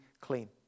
clean